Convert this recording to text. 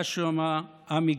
היה שם א-מגדרי.